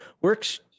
works